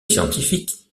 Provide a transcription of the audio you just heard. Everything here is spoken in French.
scientifique